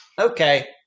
Okay